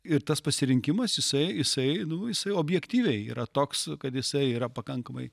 ir tas pasirinkimas jisai jisai nu jisai objektyviai yra toks kad jisai yra pakankamai